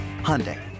Hyundai